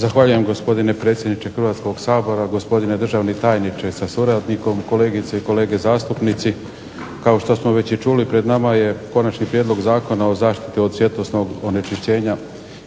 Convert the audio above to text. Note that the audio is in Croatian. Zahvaljujem gospodine predsjedniče Hrvatskog sabora, gospodine državni tajniče sa suradnikom, kolegice i kolege zastupnici. Kao što smo već i čuli pred nama je Konačni prijedlog Zakona o zaštiti od svjetlosnog onečišćenja